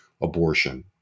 abortion